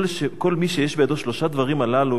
כל מי שיש בידו שלושה הללו,